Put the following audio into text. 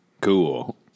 cool